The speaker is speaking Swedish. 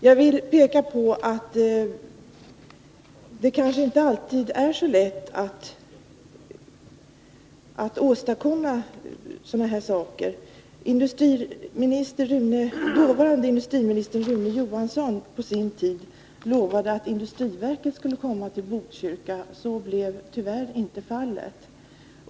Jag vill peka på att det kanske inte alltid är så lätt att åstadkomma sådana här saker. Den tidigare industriministern Rune Johansson lovade på sin tid att industriverket skulle lokaliseras till Botkyrka. Så blev tyvärr inte fallet.